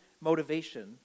motivation